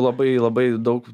labai labai daug